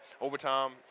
overtime